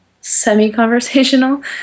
semi-conversational